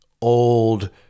old